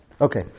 Okay